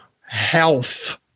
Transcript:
health